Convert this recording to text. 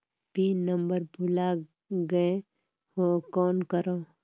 Pin number भुला गयें हो कौन करव?